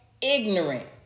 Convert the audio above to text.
ignorant